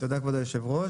תודה, כבוד היושב-ראש.